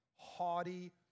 haughty